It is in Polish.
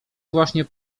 właśnie